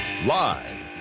Live